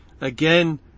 again